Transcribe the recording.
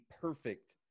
perfect